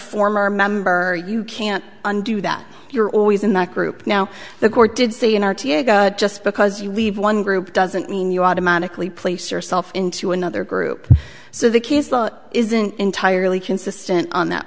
former member you can't undo that you're always in that group now the court did say and just because you leave one group doesn't mean you automatically place yourself into another group so the case law isn't entirely consistent on that